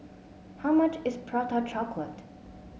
how much is Prata Chocolate